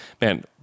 Man